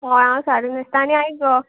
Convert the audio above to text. हय हांव सारी न्हेसता आनी आयक गो